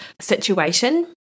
situation